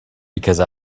because